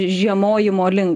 žiemojimo link